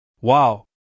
Wow